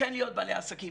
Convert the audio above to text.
וכן להיות בעלי עסקים.